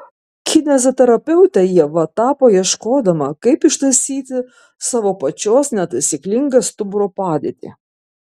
kineziterapeute ieva tapo ieškodama kaip ištaisyti savo pačios netaisyklingą stuburo padėtį